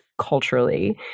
culturally